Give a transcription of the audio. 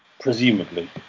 Presumably